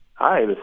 Hi